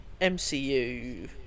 MCU